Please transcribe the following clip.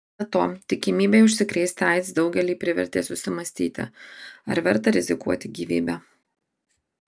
be to tikimybė užsikrėsti aids daugelį privertė susimąstyti ar verta rizikuoti gyvybe